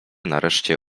nareszcie